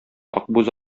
акбүз